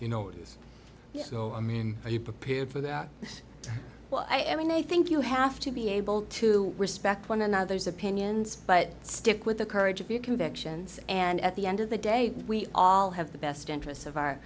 you know i mean are you prepared for that well i mean i think you have to be able to respect one another's opinions but stick with the courage of your convictions and at the end of the day we all have the best interests of our